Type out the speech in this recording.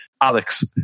Alex